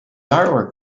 artwork